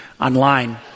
online